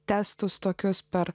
testus tokius per